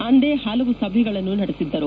ಅಂದೇ ಹಲವು ಸಭೆಗಳನ್ನು ನಡೆಸಿದ್ದರು